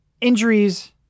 injuries